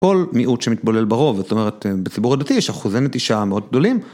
כל מיעוט שמתבולל ברוב, זאת אומרת בציבור הדתי יש אחוזי נטישה מאוד גדולים